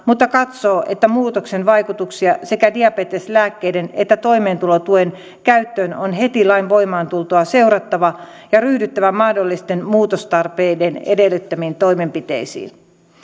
mutta katsoo että muutoksen vaikutuksia sekä diabeteslääkkeiden että toimeentulotuen käyttöön on heti lain voimaan tultua seurattava ja ryhdyttävä mahdollisten muutostarpeiden edellyttämiin toimenpiteisiin